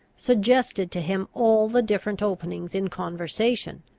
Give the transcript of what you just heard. suggested to him all the different openings in conversation,